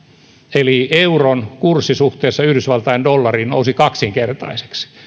eli euron kurssi suhteessa yhdysvaltain dollariin nousi kaksinkertaiseksi